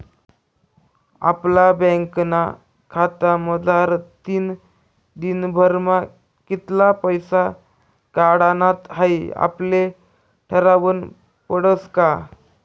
आपला बँकना खातामझारतीन दिनभरमा कित्ला पैसा काढानात हाई आपले ठरावनं पडस का